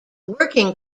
working